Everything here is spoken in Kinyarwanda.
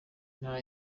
intara